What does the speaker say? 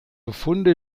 befunde